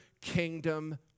kingdom